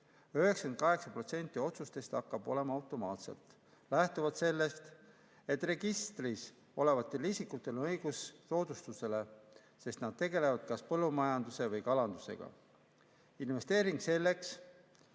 98% otsustest hakkab [tulema] automaatselt, lähtuvalt sellest, et registris olevatel isikutel on õigus soodustusele, sest nad tegelevad kas põllumajanduse või kalandusega. Investeering selleks, et